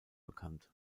bekannt